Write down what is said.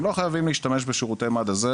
הם לא חייבים להשתמש בשירותי מד"א זה